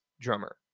drummer